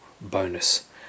bonus